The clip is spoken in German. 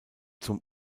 zum